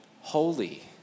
Holy